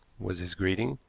was his greeting.